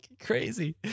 crazy